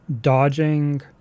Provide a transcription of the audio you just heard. dodging